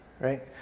right